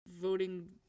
voting